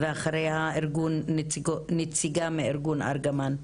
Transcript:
אחריה נציגה מארגון ארגמן.